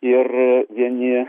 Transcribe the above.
ir vieni